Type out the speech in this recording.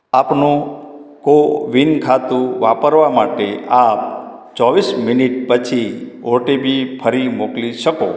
આપનું કોવિન ખાતું વાપરવા માટે આપ ચોવીસ મિનીટ પછી ઓ ટી પી ફરી મોકલી શકો